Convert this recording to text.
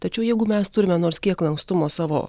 tačiau jeigu mes turime nors kiek lankstumo savo